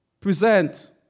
present